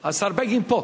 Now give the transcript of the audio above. פה.